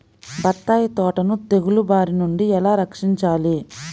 బత్తాయి తోటను తెగులు బారి నుండి ఎలా రక్షించాలి?